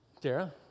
Dara